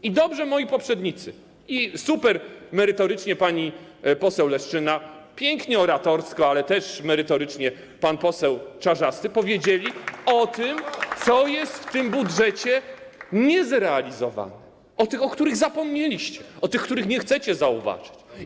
I dobrze moi poprzednicy, supermerytorycznie pani poseł Leszczyna, pięknie oratorsko, ale też merytorycznie, pan poseł Czarzasty, powiedzieli o tym, co jest w tym budżecie niezrealizowane, o tych, o których zapomnieliście, o tych, których nie chcecie zauważyć.